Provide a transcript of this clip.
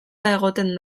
egoten